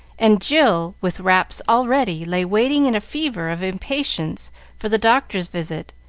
and jill, with wraps all ready, lay waiting in a fever of impatience for the doctor's visit,